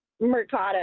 Mercado